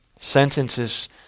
Sentences